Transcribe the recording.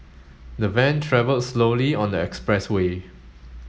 the van travelled slowly on the express way